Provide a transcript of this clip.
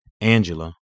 Angela